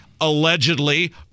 allegedly